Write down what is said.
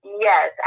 Yes